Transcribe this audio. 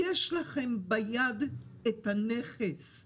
יש לכם ביד את הנכס,